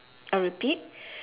I repeat